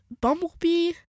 Bumblebee